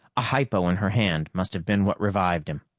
a hypo in her hand must have been what revived him.